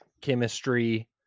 chemistry